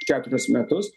keturis metus